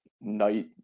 night